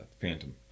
Phantom